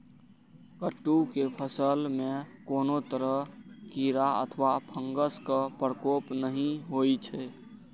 कट्टू के फसल मे कोनो तरह कीड़ा अथवा फंगसक प्रकोप नहि होइ छै